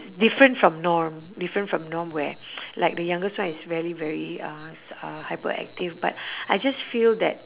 different from norm different from norm where like the youngest one is rarely very uh s~ uh hyperactive but I just feel that